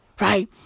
Right